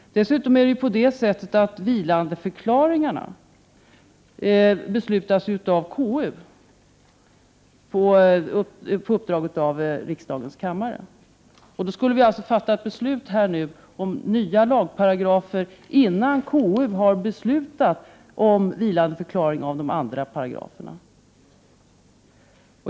Dessutom beslutas vilandeförklaringar av konstitutionsutskottet på uppdrag av riksdagens kammare. Är det meningen att vi här och nu skall fatta beslut om nya lagparagrafer, innan KU har beslutat om vilandeförklaringar av de övriga paragraferna?